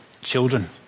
children